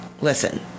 Listen